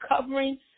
coverings